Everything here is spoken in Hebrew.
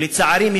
ולצערי,